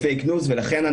ב"פייק ניוז" ולכן,